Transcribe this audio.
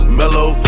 mellow